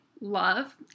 love